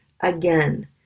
again